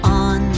on